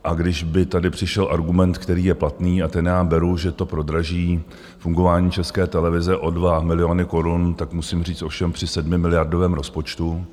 A kdyby tady přišel argument, který je platný, a ten já beru, že to prodraží fungování České televize o 2 miliony korun, tak musím říct ovšem při 7miliardovém rozpočtu.